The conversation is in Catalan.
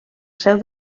seu